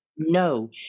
No